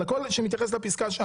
על כל שמתייחס לפסקה שם.